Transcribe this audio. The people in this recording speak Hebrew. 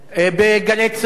ב"גלי צה"ל"